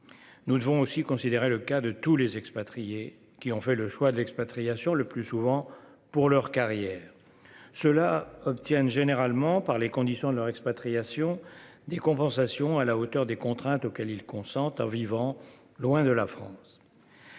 Nous devons aussi considérer le cas de tous les expatriés qui ont fait le choix de l'expatriation, le plus souvent pour leur carrière. Ceux-là obtiennent généralement, par les conditions de leur expatriation, des compensations à la hauteur des contraintes auxquelles ils consentent en vivant loin de la France.